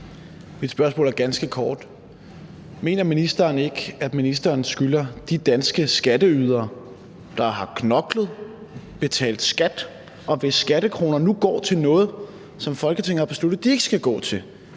Mit spørgsmål er ganske kort: Mener ministeren ikke, at ministeren skylder de danske skatteydere, der har knoklet og betalt skat, og hvis skattekroner nu går til noget, som Folketinget har besluttet de ikke skal gå til,